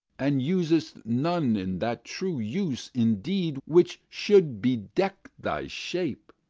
and usest none in that true use indeed which should bedeck thy shape,